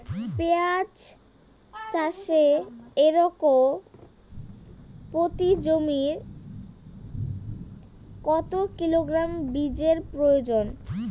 পেঁয়াজ চাষে একর প্রতি জমিতে কত কিলোগ্রাম বীজের প্রয়োজন?